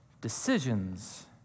decisions